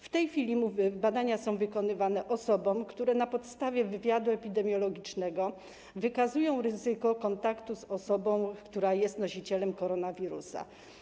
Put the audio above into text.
W tej chwili badania są wykonywane osobom, które na podstawie wywiadu epidemiologicznego wykazują ryzyko kontaktu z osobą, która jest nosicielem koronawirusa.